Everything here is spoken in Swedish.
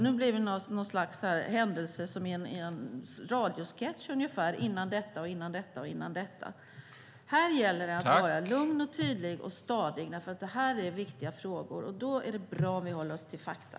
Nu blir det ungefär som i en radiosketch - innan detta, innan detta, innan detta. Här gäller det att vara lugn, tydlig och stadig. Det är viktiga frågor, och då är det bra om vi håller oss till fakta.